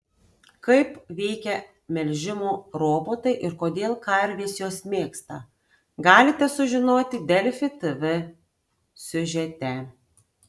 kaip veikia melžimo robotai ir kodėl karves juos mėgsta galite sužinoti delfi tv siužete